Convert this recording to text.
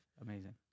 Amazing